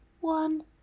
One